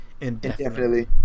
indefinitely